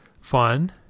fun